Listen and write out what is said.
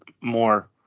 more